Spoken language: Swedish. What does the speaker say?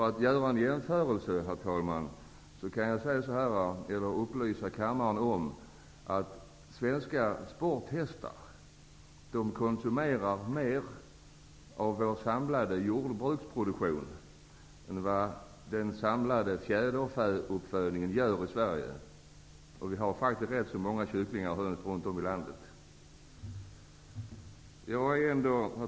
Som en jämförelse kan jag upplysa kammaren om att svenska sporthästar konsumerar mer av vår samlade jordbruksproduktion än vad alla fjäderfän i Sverige gör, och vi har faktiskt rätt så många kycklingar runt om i landet. Herr talman!